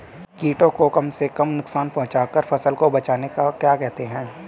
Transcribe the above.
कीटों को कम से कम नुकसान पहुंचा कर फसल को बचाने को क्या कहते हैं?